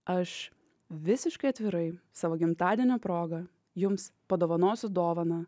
aš visiškai atvirai savo gimtadienio proga jums padovanosiu dovaną